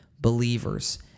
believers